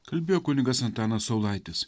kalbėjo kunigas antanas saulaitis